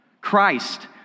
Christ